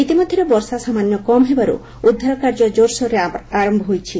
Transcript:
ଇତିମଧ୍ୟରେ ବର୍ଷା ସାମାନ୍ୟ କମ୍ ହେବାରୁ ଉଦ୍ଧାର କାର୍ଯ୍ୟ କୋର୍ସୋର୍ରେ ଆରମ୍ଭ ହୋଇଯାଇଛି